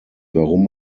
warum